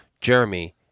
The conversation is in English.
Jeremy